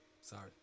sorry